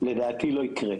לדעתי לא יקרה.